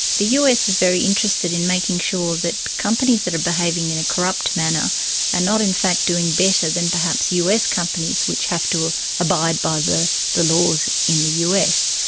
the us is very interested in making sure that companies that are behaving in a corrupt manner are and not in fact doing better than perhaps us companies which have to abide by the the laws in the us.